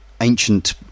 ancient